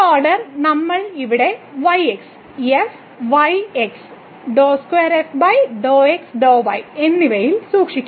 ഈ ഓർഡർ നമ്മൾ ഇവിടെ yx fyx എന്നിവയിൽ സൂക്ഷിക്കും